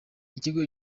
ikigo